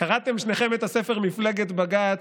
קראתם שניכם את הספר "מפלגת בג"ץ"